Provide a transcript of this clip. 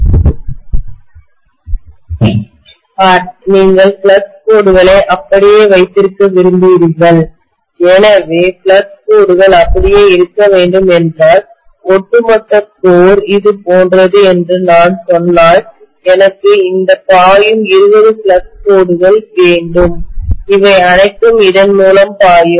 பார் நீங்கள் ஃப்ளக்ஸ் கோடுகளை அப்படியே வைத்திருக்க விரும்புகிறீர்கள் எனவே ஃப்ளக்ஸ் கோடுகள் அப்படியே இருக்க வேண்டும் என்றால் ஒட்டுமொத்த கோர் இது போன்றது என்று நான் சொன்னால் எனக்கு இந்த பாயும் 20 ஃப்ளக்ஸ் கோடுகள் வேண்டும் அவை அனைத்தும் இதன் மூலம் பாயும்